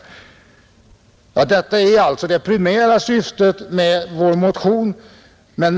Detta är alltså det primära syftet med vår motion.